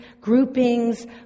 groupings